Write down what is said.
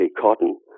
cotton